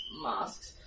masks